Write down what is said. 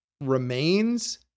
remains